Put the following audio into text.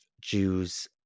Jews